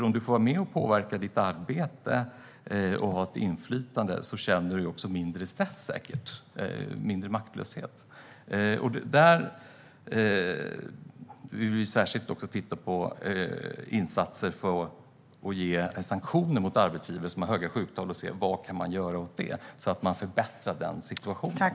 Om man får vara med och påverka sitt arbete och ha ett inflytande känner man också mindre stress och mindre maktlöshet. Vi vill särskilt också se på insatser för sanktioner mot arbetsgivare som har höga sjuktal. Det handlar om att se vad man kan göra för att förbättra den situationen.